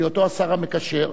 בהיותו השר המקשר,